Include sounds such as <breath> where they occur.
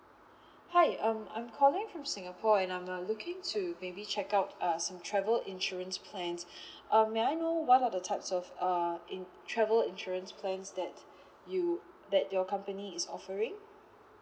hi um I'm calling from singapore and I'm uh looking to maybe check out uh some travel insurance plans <breath> um may I know what are the types of uh in~ travel insurance plans that you that your company is offering